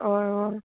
वोय वोय